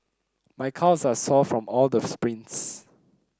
my calves are sore from all the sprints